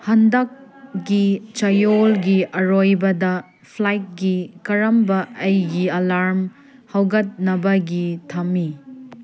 ꯍꯟꯗꯛꯒꯤ ꯆꯌꯣꯜꯒꯤ ꯑꯔꯣꯏꯕꯗ ꯐ꯭ꯂꯥꯏꯠꯀꯤ ꯀꯔꯝꯕ ꯑꯩꯒꯤ ꯑꯂꯥꯔꯝ ꯍꯧꯒꯠꯅꯕꯒꯤ ꯊꯝꯃꯤ